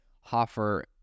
Hoffer